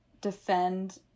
defend